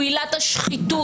הוא עילת השחיתות.